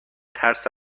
ترس